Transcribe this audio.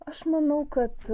aš manau kad